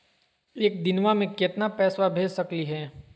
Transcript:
एक दिनवा मे केतना पैसवा भेज सकली हे?